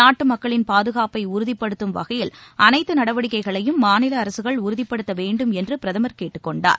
நாட்டு மக்களின் பாதுகாப்பை உறுதிப்படுத்தும் வகையில் அனைத்து நடவடிக்கைகளையும் மாநில அரசுகள் உறுதிபடுத்த வேண்டும் என்று பிரதமர் கேட்டுக் கொண்டார்